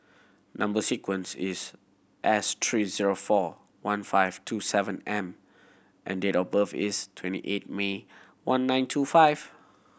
number sequence is S three zero four one five two seven M and date of birth is twenty eight May one nine two five